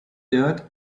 earth